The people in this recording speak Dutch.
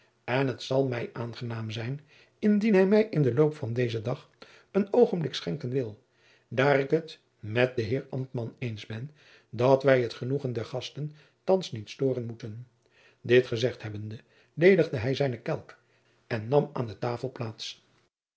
en het zal mij aangenaam zijn indien hij mij in den loop van dezen dag een oogenblik schenken wil daar ik het met den heer ambtman eens ben dat wij het genoegen der gasten thands niet stooren moeten dit gezegd hebbende ledigde hij zijne kelk en nam aan de tafel plaats